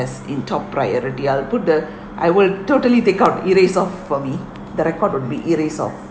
as in top priority I'll put the I will totally take out erase off for me the record would be erased off